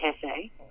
Cafe